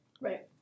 Right